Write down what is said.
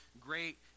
great